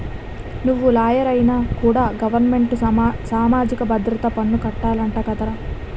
నువ్వు లాయరువైనా కూడా గవరమెంటుకి సామాజిక భద్రత పన్ను కట్టాలట కదా